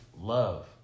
love